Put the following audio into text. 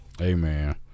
Amen